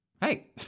Hey